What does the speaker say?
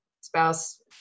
spouse